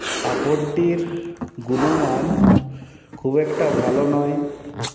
কাপড়টির গুনমাণ খুব একটা ভালো নয়